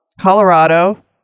Colorado